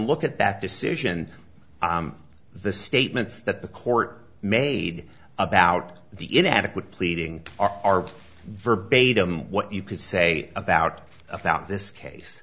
look at that decision the statements that the court made about the inadequate pleading are verbatim what you could say about about this case